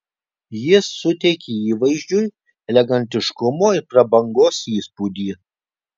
jis suteikia įvaizdžiui elegantiškumo ir prabangos įspūdį